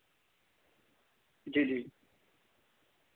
जी जी